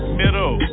middle